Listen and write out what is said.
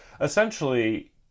essentially